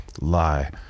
lie